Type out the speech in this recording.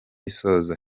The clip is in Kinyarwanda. isoza